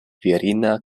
virina